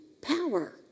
power